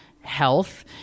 health